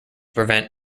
prevent